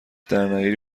درنیاری